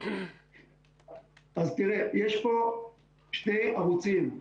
תראה, יש פה שני ערוצים.